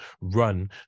run